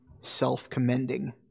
self-commending